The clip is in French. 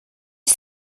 dix